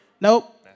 Nope